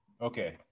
Okay